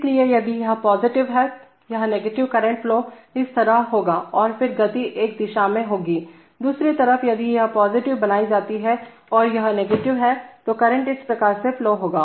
इसलिए यदि यह पॉजिटिव हैयह नेगेटिव करंट फ्लो इस तरह होगा और फिर गति मोशनएक दिशा में होगी दूसरी तरफ यदि यह पॉजिटिव बनाई जाती है और यह नेगेटिव है तो करंट इस प्रकार से फ्लो होगा